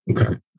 Okay